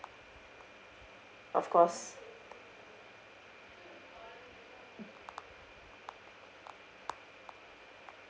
of course